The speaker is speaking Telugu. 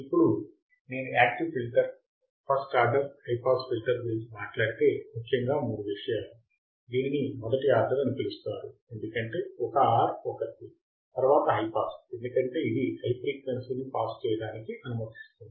ఇప్పుడు నేను active filter first order high pass filter గురించి మాట్లాడితే ముఖ్యముగా 3 విషయాలు దీనిని మొదటి ఆర్డర్ అని పిలుస్తారు ఎందుకంటే 1 R 1 C తరువాత హై పాస్ ఎందుకంటే ఇది హై ఫ్రీక్వెన్సీని పాస్ చేయడానికి అనుమతిస్తుంది